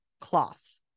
cloth